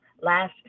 Last